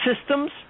systems